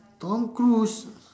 Tom-Cruise